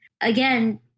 Again